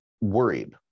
worried